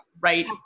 right